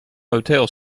hotel